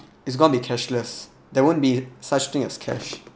it's gonna be cashless there won't be such thing as cash